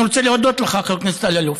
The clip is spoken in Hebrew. אני רוצה להודות לך, חבר הכנסת אלאלוף.